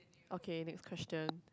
okay next question